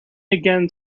again